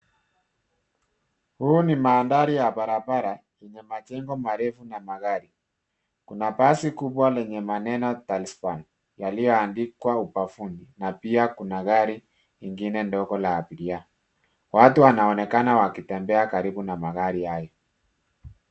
Huu ni mandari ya barabara yenye majengo marefu na magari Kuna basi kubwa yenye maneno' taliaban ' yaliyoandikwa ubafuni na pia kuna gari ingine ndogo la abiria. Watu wanaonekana wakitembea karibu na magari hayo.